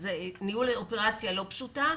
וזה ניהול אופרציה לא פשוטה,